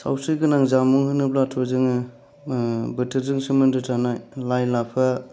सावस्रि गोनां जामुं होनोब्लाथ' जोङो बोथोरजों सोमोन्दो थानाय लाइ लाफा